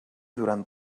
durant